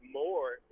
more